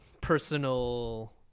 personal